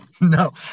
No